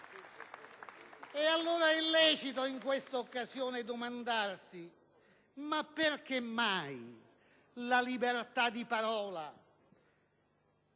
È allora lecito in questa occasione domandarsi perché mai la libertà di parola,